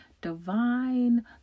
divine